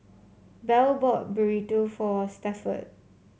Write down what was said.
Bell bought Burrito for Stafford